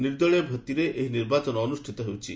ନିର୍ଦ୍ଦଳୀୟ ଭିଭିରେ ଏହି ନିର୍ବାଚନ ଅନୁଷ୍ଠିତ ହେଉଛି